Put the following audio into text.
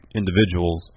individuals